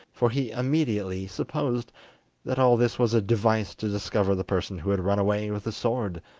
for he immediately supposed that all this was a device to discover the person who had run away with the sword,